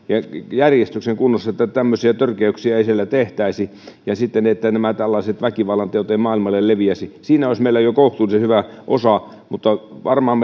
järjestyksen kunnossa niin että tämmöisiä törkeyksiä ei siellä tehtäisi ja tällaiset väkivallanteot eivät maailmalle leviäisi siinä olisi meillä jo kohtuullisen hyvä osa mutta varmaan